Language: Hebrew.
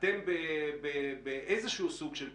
עלה פה העניין שאתם בסוג של קונפליקט.